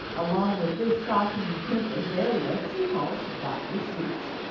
along with this shocking pink azaleas she calls dr. seuss.